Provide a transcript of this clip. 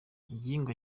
igihingwa